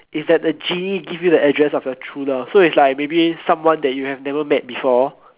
is that the genie give you the address of your true love so is like maybe someone you have never met before